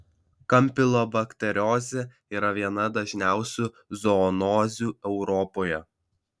kampilobakteriozė yra viena dažniausių zoonozių europoje